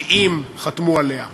70 חתמו עליה,